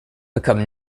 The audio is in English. become